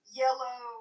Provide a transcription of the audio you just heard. yellow